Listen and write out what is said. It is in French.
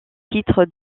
titre